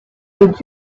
did